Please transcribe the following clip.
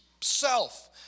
self